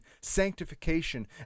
sanctification